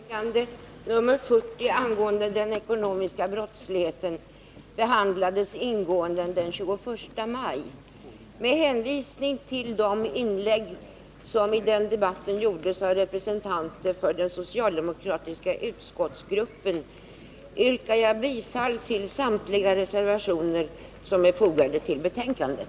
Herr talman! Justitieutskottets betänkande nr 40 angående den ekonomiska brottsligheten behandlades ingående den 21 maj. Med hänvisning till de inlägg som i den debatten gjordes av representanter för den socialdemokratiska utskottsgruppen yrkar jag bifall till samtliga reservationer som är fogade till betänkandet.